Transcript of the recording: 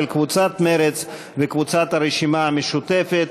של קבוצת סיעת מרצ וקבוצת סיעת הרשימה המשותפת.